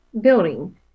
building